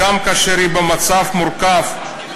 גם כאשר היא במצב מורכב,